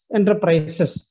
Enterprises